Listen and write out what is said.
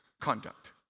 conduct